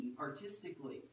artistically